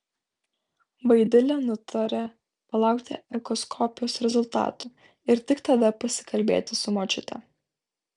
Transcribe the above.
vaidilė nutarė palaukti echoskopijos rezultatų ir tik tada pasikalbėti su močiute